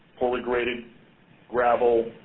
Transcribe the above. poorly graded gravel,